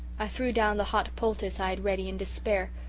i threw down the hot poultice i had ready in despair.